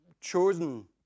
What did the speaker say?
chosen